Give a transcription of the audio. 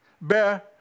bear